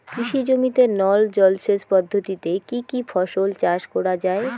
কৃষি জমিতে নল জলসেচ পদ্ধতিতে কী কী ফসল চাষ করা য়ায়?